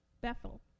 Bethel